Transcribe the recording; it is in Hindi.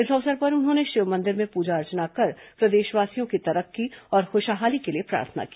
इस अवसर पर उन्होंने शिव मंदिर में प्रजा अर्चना कर प्रदेशवासियों की तरक्की और ख्शहाली के लिए प्रार्थना की